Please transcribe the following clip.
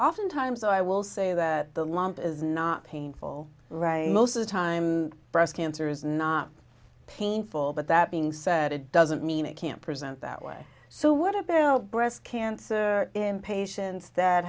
oftentimes i will say that the lump is not painful right most of the time breast cancer is not painful but that being said it doesn't mean it can present that way so what about breast cancer in patients that